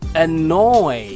annoy